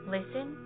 Listen